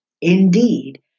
Indeed